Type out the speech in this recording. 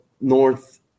north